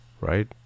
Right